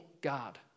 God